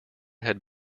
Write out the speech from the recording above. had